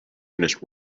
finished